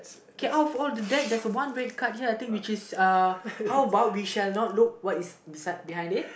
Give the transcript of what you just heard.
okay out of all the deck there's a one red card here I think which is uh how about we shall not look what is beside behind it